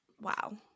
Wow